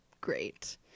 great